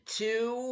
two